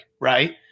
right